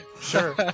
sure